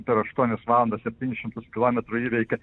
per aštuonias valandas septynis šimtus kilometrų įveikė